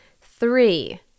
three